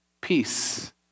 Peace